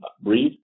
breed